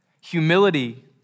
humility